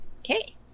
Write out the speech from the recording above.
okay